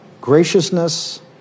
graciousness